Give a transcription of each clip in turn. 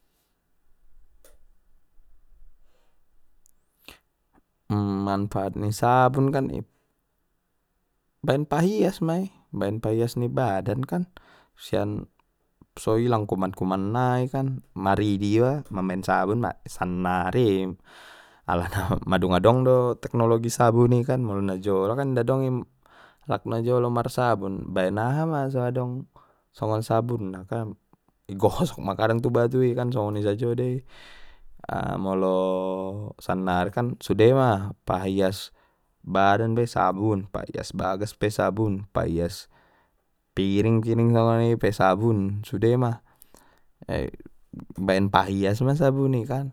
manfaat ni sabun kan, baen pahias ma i baen pahias ni badan kan sian so ilang kuman kuman nai kan maridi iba mamaen sabun ma sannari alana madung adong do teknologi sabun i kan molo na jolo kan inda dong i alak na jolo marsabun baen aha ma so adong somgon sabun na kan i gosok ma kadang tu batui kan songoni sajo dei molo sannari kan sude ma pahias badan pe sabun pahias bagas pe sabun pahias piring piring songoni pe sabun sudema baen pahias ma sabun i kan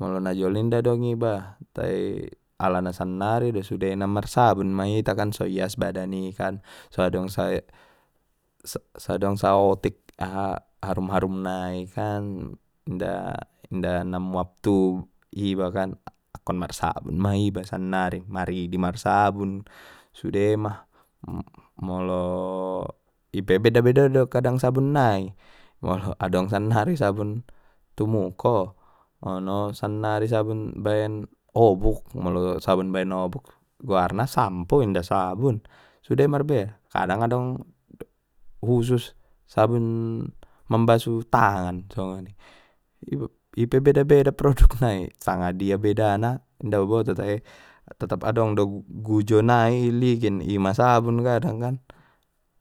molo najolo inda dong i ba tai alana sannari dei sudena marsabun ma itakaa so ias badan i kan so adong saotik aha harum harumna i kan inda inda na muap tu hiba akkon marsabun ma iba sannari maridi marsabun sude ma molo ipe beda beda do kadang sabun nai molo adong sannari sabun tu muku ono sannari sabun baen obuk molo sabun baen obuk goarna sampo inda sabun sude marbeda kadang adong khusus sabun mambasu tangan songoni ipe beda beda produk nai sanga dia beda na inda uboto tai tetap adong do gujo nai i ligin ima sabun kadang kan.